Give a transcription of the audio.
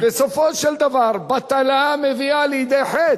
בסופו של דבר בטלה מביאה לידי חטא.